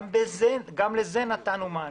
גם לזה נתנו מענה.